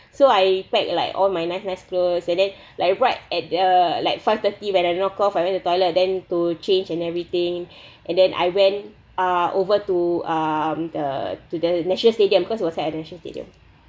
so I pack like all my nice nice clothes and then like right at err like five thirty when I knock off I went to toilet than to change and everything and then I went uh over to uh the to the national stadium cause it was at the national stadium